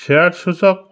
share সূচক